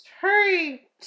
Hurry